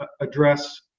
address